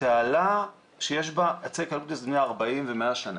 תעלה שיש בה עצי אקליפטוס בני 40 ו-100 שנה,